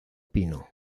pino